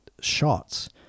shots